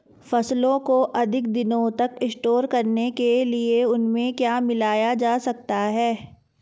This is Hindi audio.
फसलों को अधिक दिनों तक स्टोर करने के लिए उनमें क्या मिलाया जा सकता है?